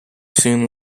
soon